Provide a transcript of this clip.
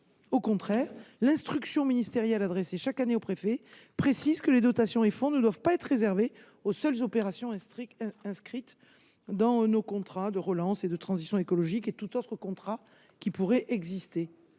Au contraire, l’instruction ministérielle adressée chaque année aux préfets précise que les dotations et les fonds ne doivent pas être réservés aux seules opérations inscrites dans nos contrats de relance et de transition écologique ou dans tout autre contrat qui pourrait exister.